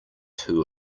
two